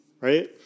right